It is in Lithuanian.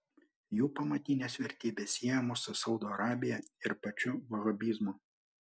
jų pamatinės vertybės siejamos su saudo arabija ir pačiu vahabizmu